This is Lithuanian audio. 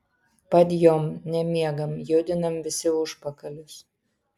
padjom nemiegam judinam visi užpakalius